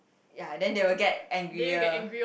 ya then they will get angrier